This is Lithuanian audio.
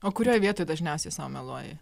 o kurioj vietoj dažniausiai sau meluoji